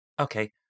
Okay